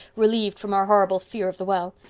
relieved from her horrible fear of the well.